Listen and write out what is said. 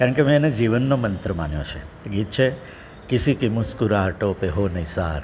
કારણ કે મેં એને જીવનનો મંત્ર માન્યો છે એ ગીત છે કિસી કી મુસ્કુરાહટો પે હો નિસાર